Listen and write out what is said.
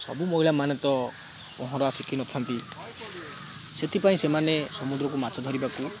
ସବୁ ମହିଳାମାନେ ତ ପହଁରା ଶିଖିନଥାନ୍ତି ସେଥିପାଇଁ ସେମାନେ ସମୁଦ୍ରକୁ ମାଛ ଧରିବାକୁ